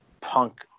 punk